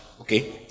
Okay